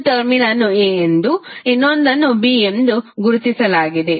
ಒಂದು ಟರ್ಮಿನಲ್ ಅನ್ನು a ಮತ್ತು ಇನ್ನೊಂದನ್ನು b ಎಂದು ಗುರುತಿಸಲಾಗಿದೆ